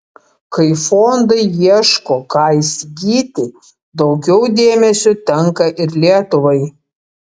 kai fondai ieško ką įsigyti daugiau dėmesio tenka ir lietuvai